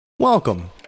Welcome